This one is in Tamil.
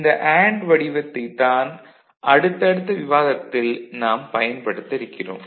இந்த அண்டு வடிவத்தைத் தான் அடுத்தடுத்த விவாதத்தில் நாம் பயன்படுத்த இருக்கிறோம்